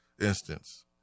instance